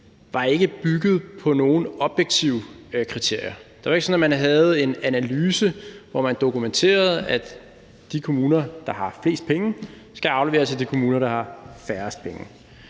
var bygget på nogen objektive kriterier. Det var ikke sådan, at man havde en analyse, som dokumenterede, at de kommuner, der har flest penge, skal aflevere til de kommuner, der har færrest penge.